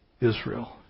Israel